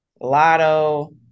Lotto